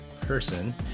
person